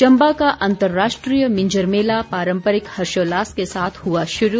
चम्बा का अंतर्राष्ट्रीय मिंजर मेला पारम्परिक हर्षोल्लास के साथ हुआ शुरू